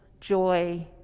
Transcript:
joy